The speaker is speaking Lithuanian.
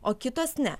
o kitos ne